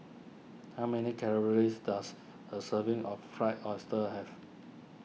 how many calories does a serving of Fried Oyster have